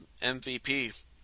MVP